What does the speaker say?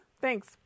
Thanks